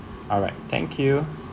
alright thank you